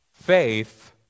faith